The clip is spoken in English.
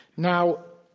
now,